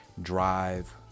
drive